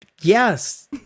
Yes